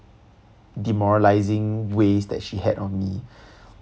demoralising ways that she had on me